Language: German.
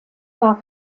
war